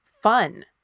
fun